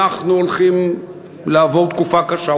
אנחנו הולכים לעבור תקופה קשה.